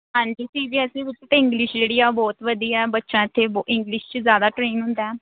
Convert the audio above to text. ਹਾਂਜੀ C B S E ਵਿੱਚ ਤਾਂ ਇੰਗਲਿਸ਼ ਜਿਹੜੀ ਆ ਬਹੁਤ ਵਧੀਆ ਬੱਚਾ ਇੱਥੇ ਬ ਇੰਗਲਿਸ਼ 'ਚ ਜ਼ਿਆਦਾ ਟਰੇਨ ਹੁੰਦਾ